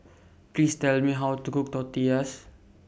Please Tell Me How to Cook Tortillas